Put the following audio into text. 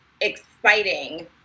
exciting